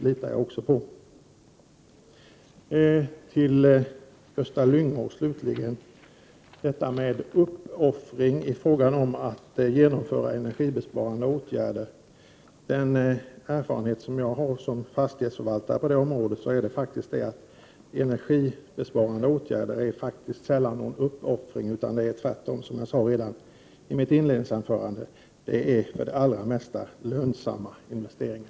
ER Slutligen något till Gösta Lyngå. Det gäller då detta med uppoffringar i CH 81506 fråga om energibesparande åtgärder. Den erfarenhet som jag i egenskap av fastighetsförvaltare har på detta område är faktiskt att energibesparande åtgärder sällan är att betrakta som en uppoffring. Tvärtom är sådana åtgärder, som jag också sade i mitt inledningsanförande, nästan alltid lönsamma investeringar.